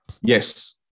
Yes